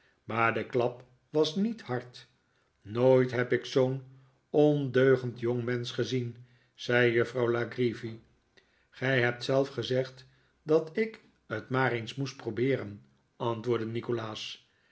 maar de klap was niet hard nooit heb ik zoo'n ondeugend jongmensch gezien zei juffrouw la creevy gij hebt zelf gezegd dat ik het maar eens moest probeeren antwoordde nikolaas